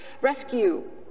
rescue